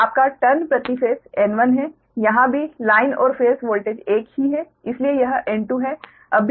और आपका टर्न प्रति फेस N1 है यहाँ भी लाइन और फेस वोल्टेज एक ही है इसलिए यह N2 है